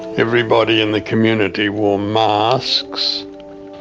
everybody in the community wore masks,